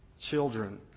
children